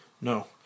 no